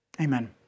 Amen